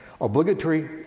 Obligatory